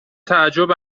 تعجب